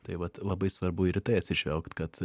taip vat labai svarbu ir į tai atsižvelgt kad